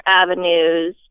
avenues